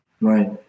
Right